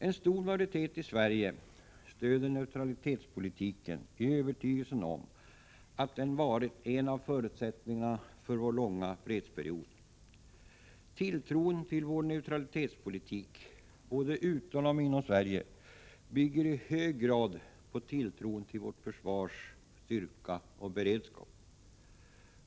En stor majoritet i Sverige stöder neutralitetspolitiken i övertygelsen om att den varit en av förutsättningarna för vår långa fredsperiod. Tilltron till vår neutralitetspolitik — både utom och inom Sverige — bygger i hög grad på tilltron till vårt försvars styrka och beredskap.